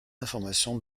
informations